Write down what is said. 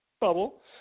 bubble